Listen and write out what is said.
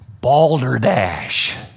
Balderdash